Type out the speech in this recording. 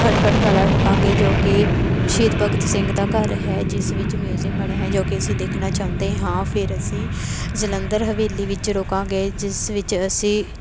ਖਟਖੜ ਕਲਾ ਰੁਕਾਂਗੇ ਜੋ ਕਿ ਸ਼ਹੀਦ ਭਗਤ ਸਿੰਘ ਦਾ ਘਰ ਹੈ ਜਿਸ ਵਿੱਚ ਮਿਊਜ਼ਿਅਮ ਬਣਿਆ ਹੈ ਜੋ ਕਿ ਅਸੀਂ ਦੇਖਣਾ ਚਾਹੁੰਦੇ ਹਾਂ ਫਿਰ ਅਸੀਂ ਜਲੰਧਰ ਹਵੇਲੀ ਵਿੱਚ ਰੁਕਾਂਗੇ ਜਿਸ ਵਿੱਚ ਅਸੀਂ